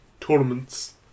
tournaments